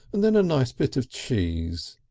and then a nice bit of cheese.